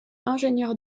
ingénieur